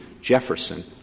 Jefferson